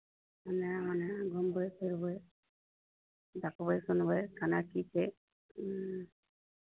एन्नऽ ओन्नऽ घुमबै फिरबै देखबै सुनबै केना की छै ह्म्म